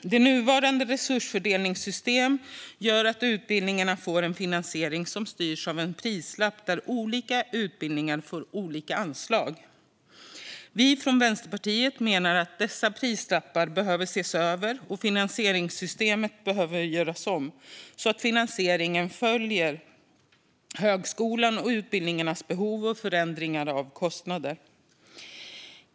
Det nuvarande resursfördelningssystemet gör att utbildningarna får en finansiering som styrs av en prislapp, där olika utbildningar får olika anslag. Vi från Vänsterpartiet menar att dessa prislappar behöver ses över och att finansieringssystemet behöver göras om, så att finansieringen följer högskolans och utbildningarnas behov och förändringar av kostnader.